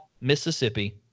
Mississippi